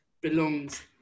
belongs